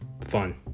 fun